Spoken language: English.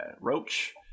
Roach